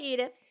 Edith